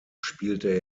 spielte